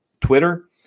Twitter